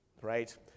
right